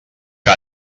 que